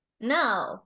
No